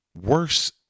worse